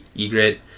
egret